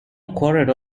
quarter